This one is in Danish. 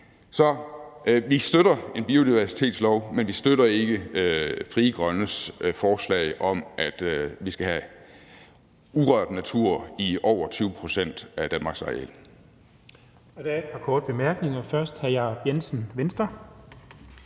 Så vi støtter en biodiversitetslov, men vi støtter ikke Frie Grønnes forslag om, at vi skal have urørt natur i over 20 pct. af Danmarks areal.